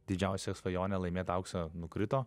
didžiausia svajonė laimėt auksą nukrito